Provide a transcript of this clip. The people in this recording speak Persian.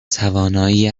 توانایی